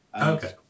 Okay